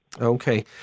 Okay